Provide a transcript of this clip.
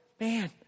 Man